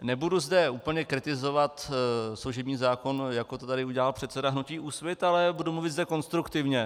Nebudu zde úplně kritizovat služební zákon, jako to tady udělal předseda hnutí Úsvit, ale budu mluvit zde konstruktivně.